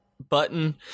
button